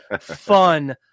fun